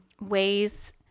ways